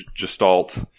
gestalt